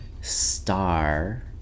Star